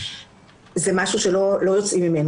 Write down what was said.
זה משהו שלא יוצאים ממנו,